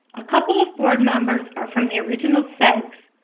a couple of board members are from the original segs,